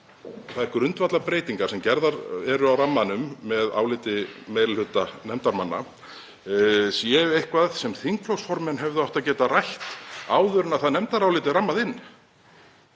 að þær grundvallarbreytingar sem gerðar eru á rammanum, með áliti meiri hluta nefndarmanna, séu eitthvað sem þingflokksformenn hefðu átt að geta rætt áður en það nefndarálit var rammað inn.